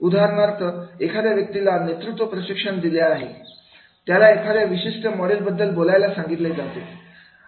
उदाहरणार्थ एखाद्या व्यक्तीला नेतृत्व प्रशिक्षण दिलेले असते त्याला एखाद्या विशिष्ट मॉडेल बद्दल बोलायला सांगितले जाते